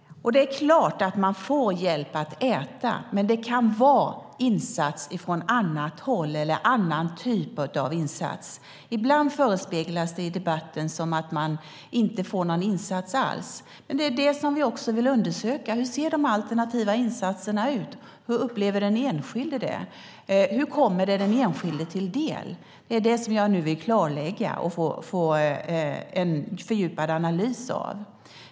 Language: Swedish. Det är klart att man får hjälp att äta, men det kan vara insats från annat håll eller en annan typ av insats. Ibland förespeglas det i debatten att man inte får någon insats alls. Det är dock det vi också vill undersöka: Hur ser de alternativa insatserna ut, och hur upplever den enskilde det? Hur kommer det den enskilde till del? Det är det jag nu vill klarlägga och få en fördjupad analys av.